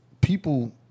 people